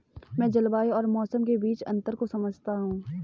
मैं जलवायु और मौसम के बीच अंतर को समझता हूं